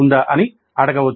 " అని అడగవచ్చు